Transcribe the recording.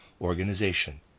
organization